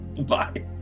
Bye